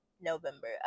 november